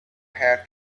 have